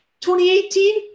2018